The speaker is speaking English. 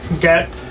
get